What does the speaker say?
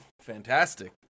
fantastic